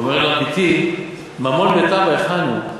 אומר לה: בתי, ממון בית אבא, היכן הוא?